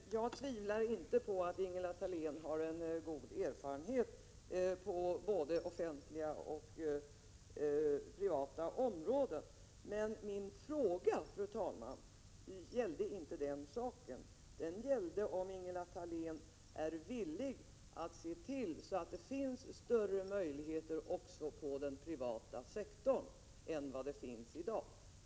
Fru talman! Jag tvivlar inte på att Ingela Thalén har god erfarenhet från både offentliga och privata områden. Min fråga, fru talman, gällde inte den saken. Den gällde om Ingela Thalén är villig att se till att det finns större möjligheter också på den privata sektorn än som gäller i dag.